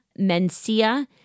Mencia